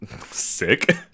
Sick